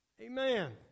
Amen